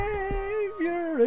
Savior